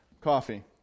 coffee